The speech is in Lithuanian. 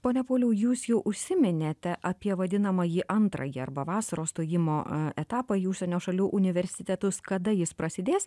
pone pauliau jūs jau užsiminėte apie vadinamąjį antrąjį arba vasaros stojimo etapą į užsienio šalių universitetus kada jis prasidės